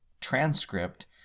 transcript